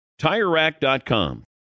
TireRack.com